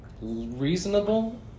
reasonable